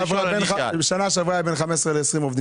משנה שעברה, בין 20-15,